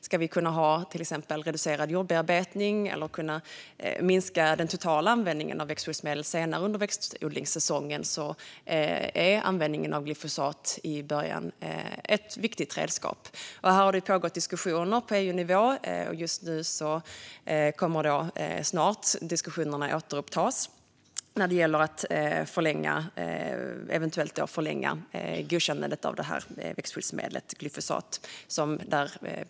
Om vi ska kunna ha till exempel reducerad jordbearbetning eller kunna minska den totala användningen av växtskyddsmedel senare under växtodlingssäsongen är användningen av glyfosat i början ett viktigt redskap. Det har pågått diskussioner om detta på EU-nivå, och de kommer snart att återupptas när det gäller att eventuellt förlänga godkännandet av växtskyddsmedlet glyfosat.